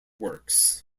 works